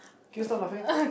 can you stop laughing